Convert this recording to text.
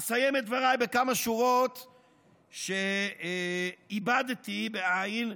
אסיים את דבריי בכמה שורות שעיבדתי, בעי"ן,